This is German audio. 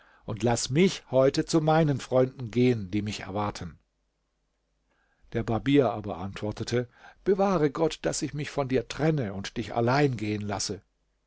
und laß mich heute zu meinen freunden geben die mich erwarten der barbier aber antwortete bewahre gott daß ich mich von dir trenne und dich allein gehen lasse